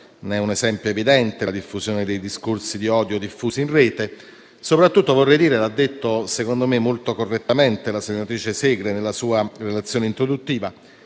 è un esempio evidente la diffusione dei discorsi di odio in rete. Ciò accade soprattutto, come ha detto secondo me molto correttamente la senatrice Segre nella sua relazione introduttiva,